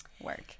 work